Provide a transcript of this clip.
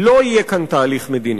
לא יהיה כאן תהליך מדיני.